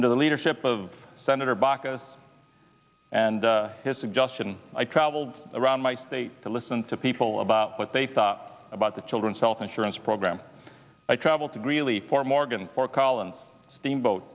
under the leadership of senator baucus and his suggestion i traveled around my state to listen to people about what they thought about the children's health insurance program i traveled to greeley for morgan fort collins steamboat